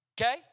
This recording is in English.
okay